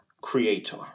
creator